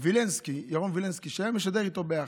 וילנסקי, ירון וילנסקי, שהיה משדר איתו ביחד.